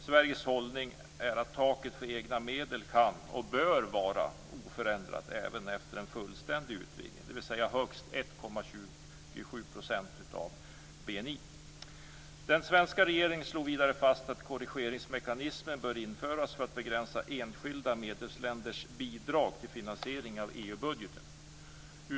Sveriges hållning är att taket för egna medel kan och bör vara oförändrat även efter en fullständig utvidgning, dvs. Den svenska regeringen slog vidare fast att en korrigeringsmekanism bör införas för att begränsa enskilda medlemsländers bidrag till finansieringen av EU-budgeten.